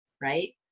right